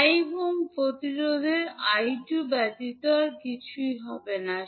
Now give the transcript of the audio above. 5 ohm প্রতিরোধের I2 ব্যতীত আর কিছুই হবে না